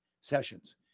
sessions